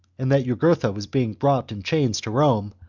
and that jugurtha was being brought in chains to rome,